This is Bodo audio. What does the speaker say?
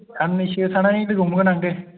साननैसो थानानै लोगो हमगोन आं दे